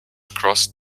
across